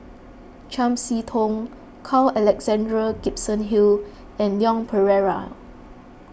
Chiam See Tong Carl Alexander Gibson Hill and Leon Perera